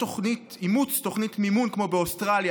אימוץ תוכנית מימון כמו באוסטרליה,